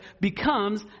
becomes